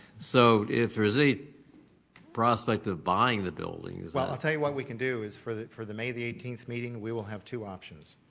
so, if there is a prospect of buying the buildings. well, i'll tell you what we can do is for the for the may the eighteenth meeting, we will have two options.